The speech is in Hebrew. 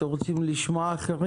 אתם רוצים לשמוע אחרים?